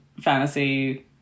fantasy